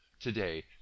Today